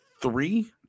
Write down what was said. three